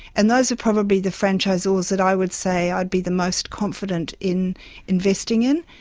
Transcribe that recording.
and those are probably the franchisors that i would say i'd be the most confident in investing in.